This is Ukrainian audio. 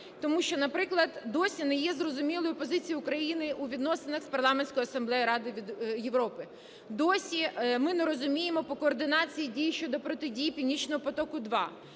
тому що, наприклад, досі не є зрозумілою позиція України у відносинах з Парламентською асамблеєю Ради Європи. Досі ми не розуміємо по координації дій щодо протидії "Північному потоку-2".